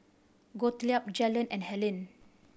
Gottlieb Jaylon and Hellen